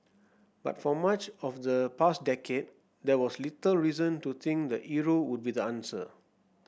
but for much of the past decade there was little reason to think the euro would be the answer